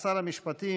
שלחתי לך, שלחתי לך.